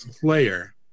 player